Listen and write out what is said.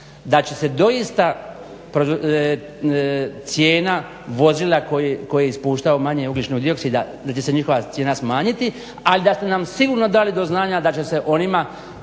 da će se doista cijena vozila koji ispuštaju manje ugljičnog dioksida da će se njihova cijena smanjiti, ali da ste nam sigurno dali do znanja da će se onima